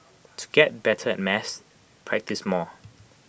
to get better at maths practise more